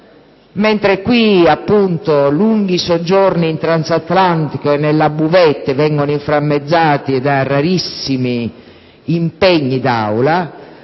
Mentre qui, appunto, lunghi soggiorni in Transatlantico e nella *buvette* vengono inframmezzati da rarissimi impegni d'Aula,